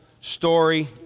story